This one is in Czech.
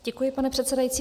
Děkuji, pane předsedající.